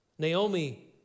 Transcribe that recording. Naomi